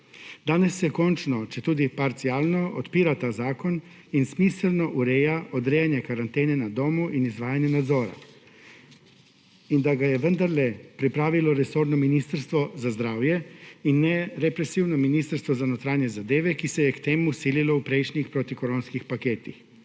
Danes se končno, četudi parcialno, odpira ta zakon in smiselno ureja odrejanje karantene na domu in izvajanje nadzora. In da ga je vendarle pripravilo resorno Ministrstvo za zdravje in ne represivno Ministrstvo za notranje zadeve, ki se je k temu vsililo v prejšnjih protikoronskih paketih.